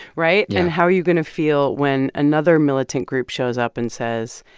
right? yeah and how are you going to feel when another militant group shows up and says,